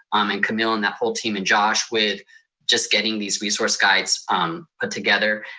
um and camille and that whole team and josh with just getting these resource guides um put together.